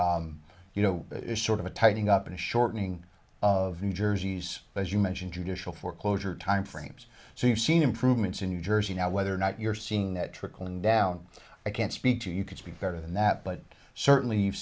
you know sort of a tightening up and shortening of new jersey's as you mentioned traditional foreclosure timeframes so you've seen improvements in new jersey now whether or not you're seeing that trickling down i can't speak to you could be very than that but certainly you've